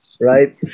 Right